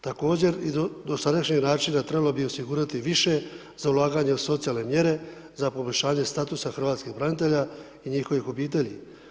Također do sadašnjeg načina, trebalo bi osigurati više za ulaganje od socijalne mjere za poboljšanje statusa hrvatskih branitelja i njihovih obitelji.